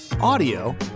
audio